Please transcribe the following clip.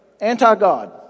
anti-God